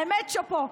האמת, שאפו.